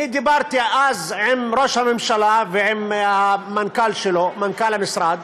אני דיברתי אז עם ראש הממשלה ועם מנכ"ל המשרד,